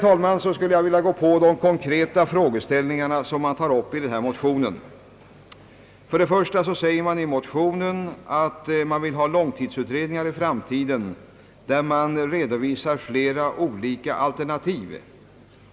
Efter detta, herr talman, skulle jag vilja säga några ord om de konkreta frågeställningar som tas upp i motionen. För det första vill motionärerna i framtiden ha långtidsutredningar där man redovisar flera olika alternativ.